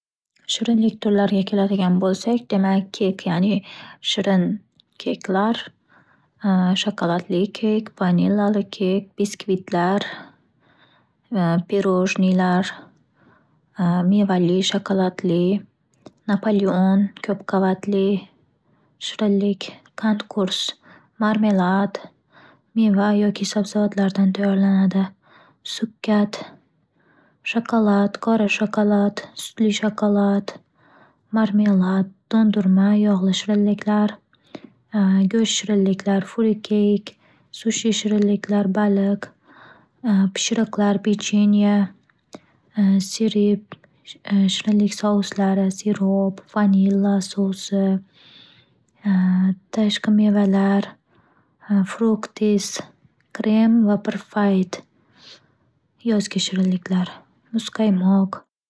Shirinlik turlariga keladigan bo'lsak, demak keyk, ya'ni shirin keyklar, shokoladli keyk, vanillali keyk, biskvitlar, va pirojniylar mevali, shokoladli, napoleon, ko'p qavatli, shirinlik, qand qurs, marmelad. Meva yoki sabzavotlardan tayyorlanadi: subkat, shokolad, qora shokolad, sutli shokolad, marmelad, do'ndirma, yog'li shirinliklar, go'sht shirinliklar, fruit keyk, sushi shirinliklar, baliq, pishiriqlar, pechenya sirip, shirinlik souslari, sirop, vanilla sousi, tashqi mevalar, fruktis, krem va birfayit. Yozgi shirinliklar: muzqaymoq.